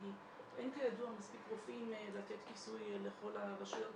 כי אין כידוע מספיק רופאים לתת כיסוי לכל הרשויות.